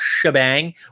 shebang